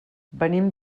venim